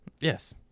Yes